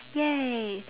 !yay!